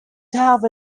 have